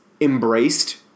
embraced